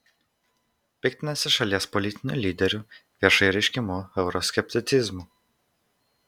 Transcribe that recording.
piktinasi šalies politinių lyderių viešai reiškiamu euroskepticizmu